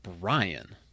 Brian